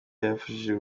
yabafashije